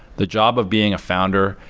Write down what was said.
the job of being a founder,